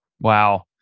Wow